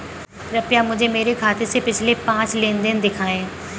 कृपया मुझे मेरे खाते से पिछले पाँच लेन देन दिखाएं